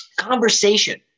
conversation